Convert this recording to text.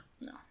No